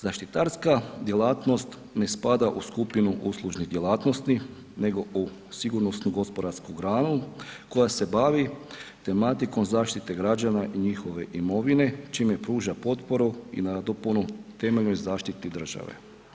Zaštitarska djelatnost ne spada u skupinu uslužnih djelatnosti nego u sigurnosnu gospodarsku granu koja se bavi tematikom zaštite građana i njihove imovine, čime pruža potporu i nadopunu temeljnoj zaštiti države.